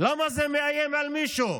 למה זה מאיים על מישהו?